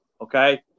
Okay